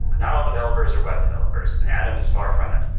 not all developers or web developers. and adam is far from it.